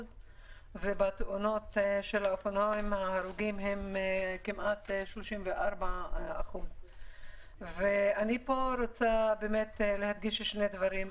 ובתאונות של האופנועים אנחנו כמעט 34%. אני רוצה להדגיש שני דברים.